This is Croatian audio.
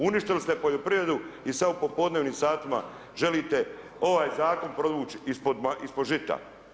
Uništile ste poljoprivredu i sada u popodnevnim satima, želite ovaj zakon provući ispod žita.